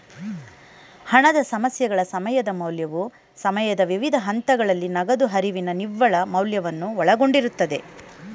ಹಣದ ಸಮಸ್ಯೆಗಳ ಸಮಯದ ಮೌಲ್ಯವು ಸಮಯದ ವಿವಿಧ ಹಂತಗಳಲ್ಲಿ ನಗದು ಹರಿವಿನ ನಿವ್ವಳ ಮೌಲ್ಯವನ್ನು ಒಳಗೊಂಡಿರುತ್ತೆ